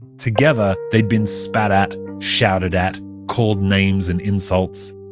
together they'd been spat at, shouted at, called names and insults.